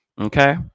okay